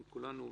כולנו,